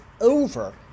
over